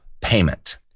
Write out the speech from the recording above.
payment